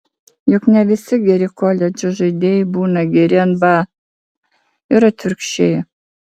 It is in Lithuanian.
juk ne visi geri koledžo žaidėjai būna geri nba ir atvirkščiai